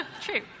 True